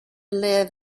live